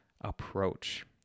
approach